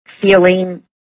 feeling